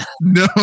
No